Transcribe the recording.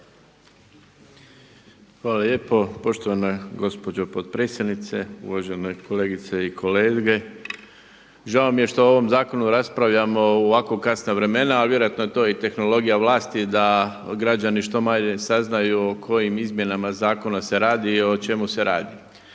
Hvala lijepo poštovana gospođo potpredsjednice, uvažene kolegice i kolege. Žao mi je što o ovom zakonu raspravljamo u ovako kasna vremena a vjerojatno je to i tehnologija vlasti da građani što manje saznaju o kojim izmjenama zakona se radi, o čemu se radi.